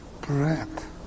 breath